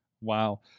Wow